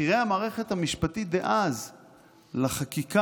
בכירי המערכת המשפטית דאז לחקיקה,